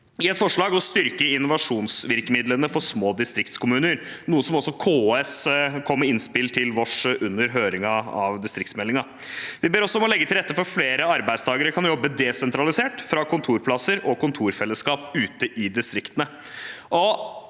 om å styrke innovasjonsvirkemidlene for små distriktskommuner, noe også KS kom med innspill om til oss under høringen av distriktsmeldingen. Vi ber også om å legge til rette for at flere arbeidstakere kan jobbe desent ralisert fra kontorplasser og kontorfellesskap ute i distriktene.